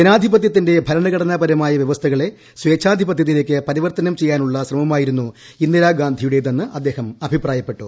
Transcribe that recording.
ജനാധിപത്യത്തിന്റെ ഭരണഘടനാപരമായ വ്യവസ്ഥകളെ സേഛാധിപത്യത്തിലേക്ക് പരിവർത്തനം ശ്രമമായിരുന്നു ചെയ്യാനുള്ള ഇന്ദിരാഗാന്ധിയുടേതെന്ന് അദ്ദേഹം അഭിപ്തായപ്പെട്ടു